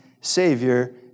Savior